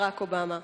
ברק אובמה.